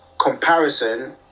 comparison